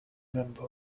member